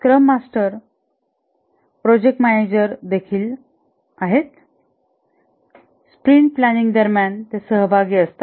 scrum master 'project manager' हे देखील sprint planning दरम्यान सहभागी असतात